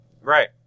Right